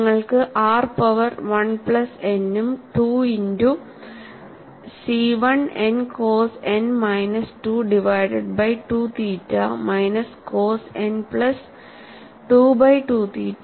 നിങ്ങൾക്ക് r power 1 plus n ഉം 2 into C 1 n cos n minus 2 divided by 2 theta minus cos n plus 2 by 2 theta